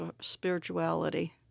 spirituality